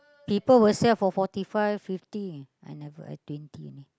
people will sell for forty five fifty I never I twenty only